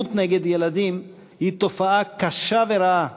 אלימות נגד ילדים היא תופעה קשה ורעה,